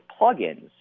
plugins